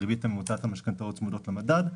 הריבית הממוצעת למשכנתאות צמודות למדד,